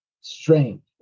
strength